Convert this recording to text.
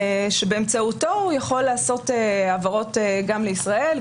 שבאמצעותו הוא יכול לעשות העברות גם לישראל,